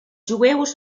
jueus